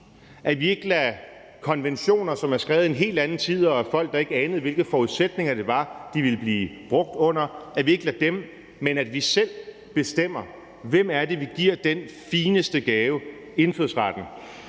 At vi ikke lader konventioner, som er skrevet i en helt anden tid og af folk, der ikke anede, hvilke forudsætninger de ville blive brugt under, at vi ikke lader dem, men at vi selv bestemmer, hvem det er, vi giver den fineste gave, indfødsretten.